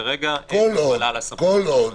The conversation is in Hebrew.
כרגע אין מגבלה על הסמכות בהקשר הזה.